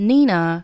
Nina